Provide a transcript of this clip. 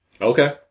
Okay